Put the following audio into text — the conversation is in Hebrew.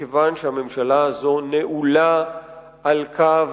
מכיוון שהממשלה הזאת נעולה על קו